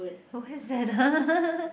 who is that